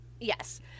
yes